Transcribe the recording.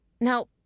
Now